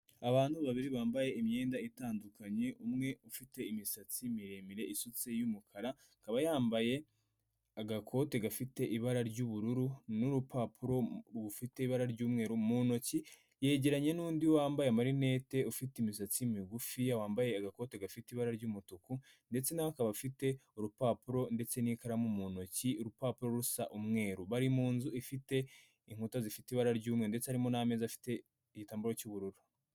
Abantu babiri bambaye imyenda itandukanye umwe ufite imisatsi miremire isutse y'umukara akaba yambaye agakote gafite ibara ry'ubururu n'urupapuro rufite ibara ry'umweru mu ntoki, yegeranye n'undi wambaye amarinete ufite imisatsi migufi wambaye agakoti gafite ibara ry'umutuku ndetse nawe akaba afite urupapuro ndetse n'ikaramu mu ntoki urupapuro rusa umweru bari mu nzu ifite inkuta zifite ibara ry'umweru ndetse harimo n'ameza afite igitambaro cy'ubururu.